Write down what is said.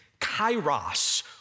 kairos